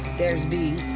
there's b.